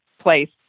place